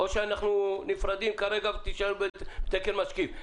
או שאנחנו נפרדים כרגע ותישאר בתקן משקיף.